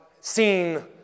seen